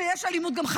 שיש אלימות גם,